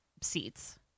seats